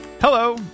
Hello